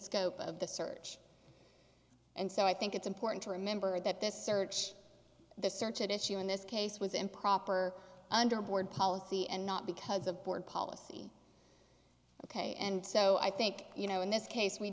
scope of the search and so i think it's important to remember that this search the search at issue in this case was improper under board policy and not because of board policy ok and so i think you know in this case we